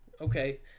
Okay